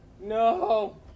No